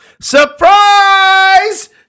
Surprise